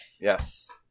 Yes